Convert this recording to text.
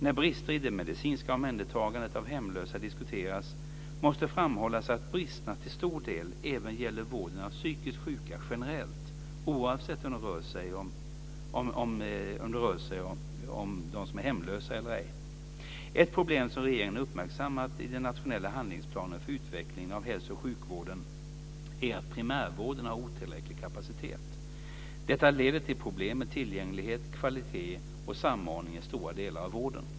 När brister i det medicinska omhändertagandet av hemlösa diskuteras, måste framhållas att bristerna till stor del även gäller vården av psykiskt sjuka generellt, oavsett om det rör sig om hemlösa eller ej. Ett problem som regeringen har uppmärksammat i den nationella handlingsplanen för utveckling av hälsooch sjukvården är att primärvården har otillräcklig kapacitet. Detta leder till problem med tillgänglighet, kvalitet och samordning i stora delar av vården.